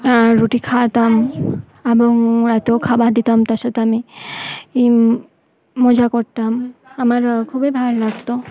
রুটি খওয়াতাম এবং রাতেও খাবার দিতাম তার সাথে আমি ই মজা করতাম আমার খুবই ভালো লাগতো